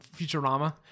Futurama